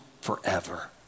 forever